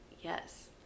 Yes